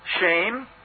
shame